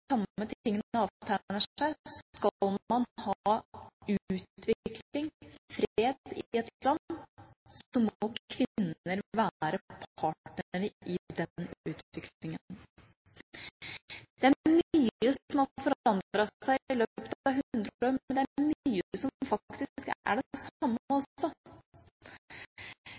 i et land, må kvinner være partnere i den utviklingen. Det er mye som har forandret seg i løpet av 100 år, men det er mye som faktisk er det samme også.